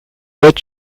êtes